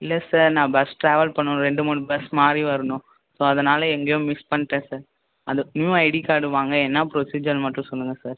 இல்லை சார் நான் bus travel பண்ணனும் இரண்டு மூன்று பஸ் மாறி வரணும் சோ அதனால் எங்கேயோ மிஸ் பண்ணிட்டேன் சார் அந்த நியூ ஐடி கார்டு வாங்க என்ன ப்ரொசிஜர் மட்டும் சொல்லுங்கள் சார்